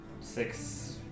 Six